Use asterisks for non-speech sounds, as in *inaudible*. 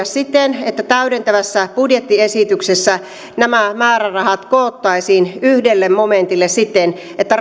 *unintelligible* siten että täydentävässä budjettiesityksessä nämä määrärahat koottaisiin yhdelle momentille siten että *unintelligible*